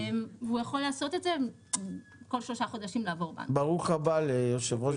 הוא יכול לעשות את זה, כל שלושה חודשים לעבור בנק.